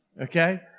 Okay